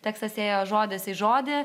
tekstas ėjo žodis į žodį